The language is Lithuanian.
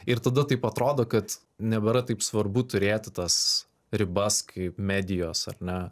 ir tada taip atrodo kad nebėra taip svarbu turėti tas ribas kaip medijos ar ne